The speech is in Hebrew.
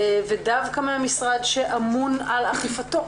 ודווקא מהמשרד שאמון על אכיפתו